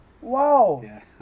Wow